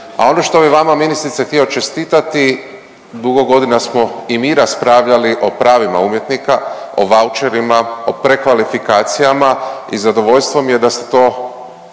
A ono što bi vama ministrice htio čestitati, dugo godina smo i mi raspravljali o pravima umjetnika, o vaučerima, o prekvalifikacijama i zadovoljstvo mi je da ste to